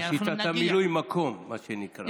יש שיטת מילוי המקום, מה שנקרא.